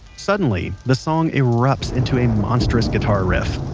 suddenly, the song erupts into a monstrous guitar riff